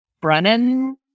brennan